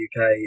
UK